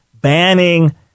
banning